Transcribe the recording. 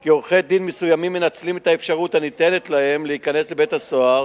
כי עורכי-דין מסוימים מנצלים את האפשרות הניתנת להם להיכנס לבית-הסוהר